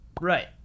Right